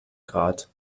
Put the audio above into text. grad